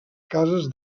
cases